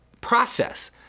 process